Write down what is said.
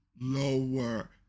lower